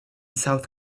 south